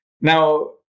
Now